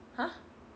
!huh!